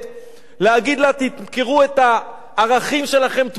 להגיד לה: תמכרו את הערכים שלכם תמורת כסף,